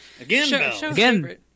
Again